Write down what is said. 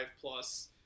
plus